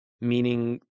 Meaning